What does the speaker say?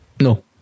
No